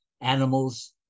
animals